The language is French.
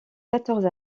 quatorze